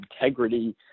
integrity